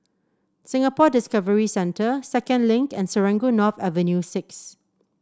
Singapore Discovery Centre Second Link and Serangoon North Avenue Six